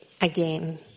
again